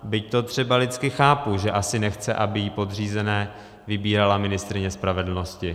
Byť to třeba lidsky chápu, že asi nechce, aby jí podřízené vybírala ministryně spravedlnosti.